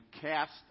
cast